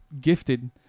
gifted